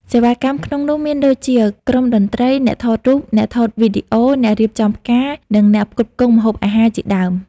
សេវាកម្មក្នុងនោះមានដូចជា ក្រុមតន្ត្រី អ្នកថតរូប អ្នកថតវីដេអូ អ្នករៀបចំផ្កា និងអ្នកផ្គត់ផ្គង់ម្ហូបអាហារជាដើម។